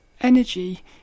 energy